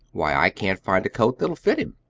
why, i can't find a coat that'll fit him.